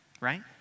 right